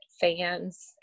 fans